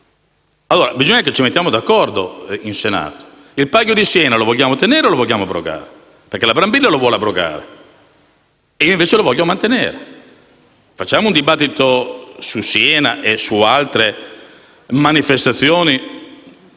Dobbiamo metterci d'accordo qui in Senato: il palio di Siena lo vogliamo tenere o lo vogliamo abrogare? La Brambilla lo vuole abrogare e io, invece, lo voglio mantenere. Facciamo un dibattito su Siena e su altre manifestazioni